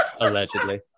Allegedly